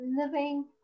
living